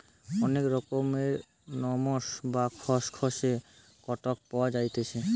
অনেক রকমের নরম, বা খসখসে কটন পাওয়া যাইতেছি